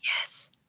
Yes